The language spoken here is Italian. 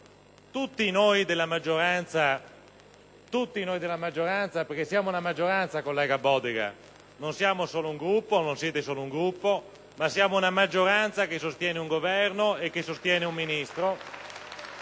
Tutti noi della maggioranza - perché siamo una maggioranza, collega Bodega, non siamo solo un Gruppo, non siete solo un Gruppo: siamo una maggioranza che sostiene un Governo e che sostiene un Ministro